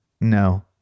No